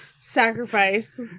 sacrifice